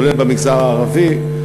כולל במגזר הערבי,